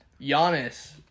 Giannis